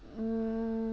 mm